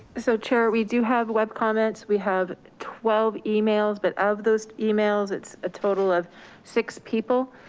so chair, we do have web comments. we have twelve emails, but of those emails, it's a total of six people.